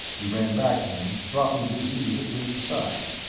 he ran back to him, dropping to his knees at ringg's side.